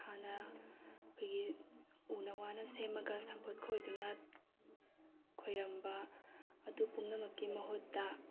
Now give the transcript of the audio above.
ꯍꯥꯟꯅ ꯑꯩꯈꯣꯏꯒꯤ ꯎꯅ ꯋꯥꯅ ꯁꯦꯝꯃꯒ ꯁꯝꯄꯣꯠ ꯈꯣꯏꯗꯨꯅ ꯈꯣꯏꯔꯝꯕ ꯑꯗꯨ ꯄꯨꯝꯅꯃꯛꯀꯤ ꯃꯍꯨꯠꯇ